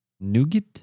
nougat